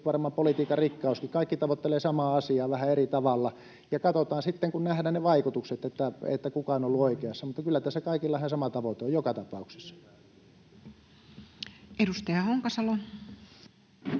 varmaan politiikan rikkauskin: kaikki tavoittelevat samaa asiaa vähän eri tavalla. Katsotaan sitten kun nähdään ne vaikutukset, kuka on ollut oikeassa, mutta kyllä tässä kaikilla ihan sama tavoite on joka tapauksessa. [Speech 110]